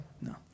No